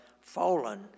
fallen